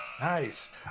Nice